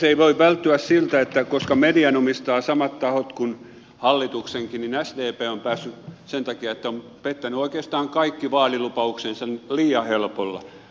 ei voi välttyä siltä että koska median omistavat samat tahot kuin hallituksenkin niin sdp on päässyt sen takia että on pettänyt oikeastaan kaikki vaalilupauksensa liian helpolla